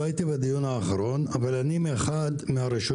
לא הייתי בדיון האחרון אבל אני אחד הראשונים